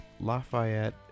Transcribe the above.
lafayette